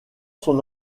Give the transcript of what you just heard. son